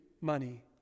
money